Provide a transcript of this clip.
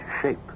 shape